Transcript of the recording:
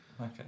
Okay